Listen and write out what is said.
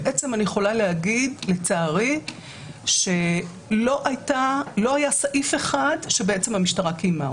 אני יכולה להגיד לצערי שלא היה סעיף אחד שהמשטרה קיימה.